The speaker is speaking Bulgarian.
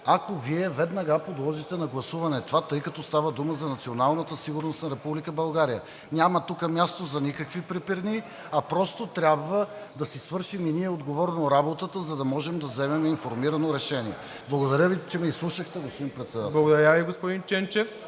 ако Вие веднага подложите на гласуване това, тъй като става дума за националната сигурност на Република България. Тук няма място за никакви препирни, а просто трябва да си свършим и ние отговорно работата, за да можем да вземем информирано решение. Благодаря Ви, че ме изслушахте, господин Председател. ПРЕДСЕДАТЕЛ МИРОСЛАВ ИВАНОВ: